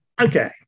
Okay